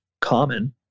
common